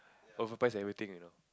over price everything you know